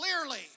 clearly